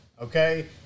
okay